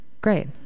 great